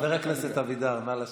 חבר הכנסת אבידר, נא לשבת.